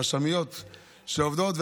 הרשמות שעובדות,